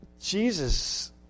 Jesus